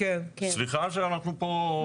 סליחה שאנחנו פה,